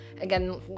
again